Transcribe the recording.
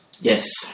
Yes